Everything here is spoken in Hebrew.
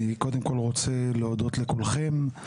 אני קודם כל רוצה להודות לכולכם,